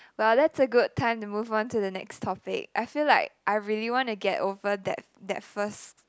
well that's a good time to move on to the next topic I feel like I really want to get over that that first